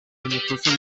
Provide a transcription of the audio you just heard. انعکاس